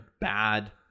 bad